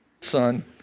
son